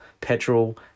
Petrol